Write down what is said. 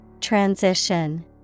Transition